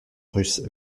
russe